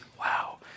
wow